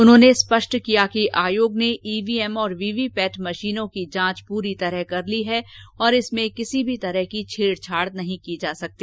उन्होंने स्पष्ट किया कि आयोग ने इवीएम और वीवीपैट मशीनों की जांच पूरी तरह कर ली है और इसमें किसी भी तरह की छेडछाड नहीं की जा सकती